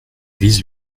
vise